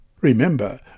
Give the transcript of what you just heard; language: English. Remember